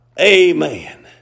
Amen